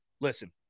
Listen